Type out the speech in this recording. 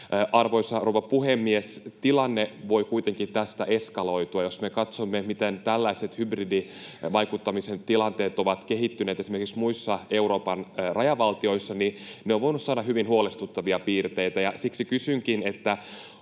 Arvoisa rouva puhemies! Tilanne voi kuitenkin tästä eskaloitua. Jos me katsomme, miten tällaiset hybridivaikuttamisen tilanteet ovat kehittyneet esimerkiksi muissa Euroopan rajavaltioissa, niin ne ovat voineet saada hyvin huolestuttavia piirteitä. Siksi kysynkin: onko